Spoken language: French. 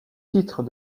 titres